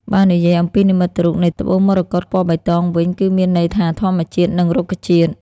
បើនិយាយអំពីនិមិត្តរូបនៃត្បូងមរកត ពណ៌បៃតងវិញ គឺមានន័យថាធម្មជាតិ និងរុក្ខជាតិ។